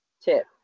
tip